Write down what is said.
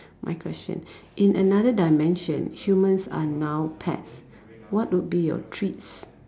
my question in another dimension humans are now pets what would be your treats